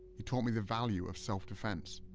he taught me the value of self-defense,